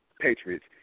Patriots